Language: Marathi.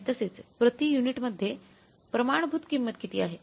आणि तसेच प्रतियुनिटमध्ये प्रमाणभूत किंमत किती आहे